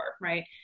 right